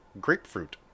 grapefruit